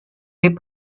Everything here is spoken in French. des